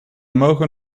mogen